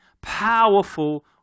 powerful